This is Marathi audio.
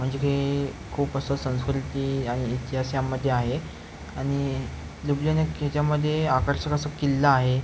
म्हणजे की खूप असं संस्कृती आणि इतिहासांमध्ये आहे आणि लुबयानक ह्याच्यामध्ये आकर्षक असं किल्ला आहे